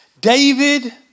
David